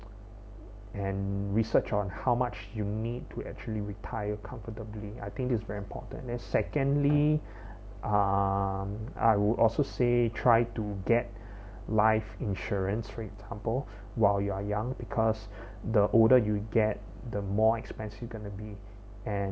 and research on how much you need to actually retire comfortably I think is very important as secondly um I would also say try to get life insurance for example while you are young because the older you get the more expensive gonna be and